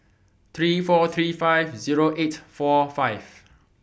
three four three five Zero eight four five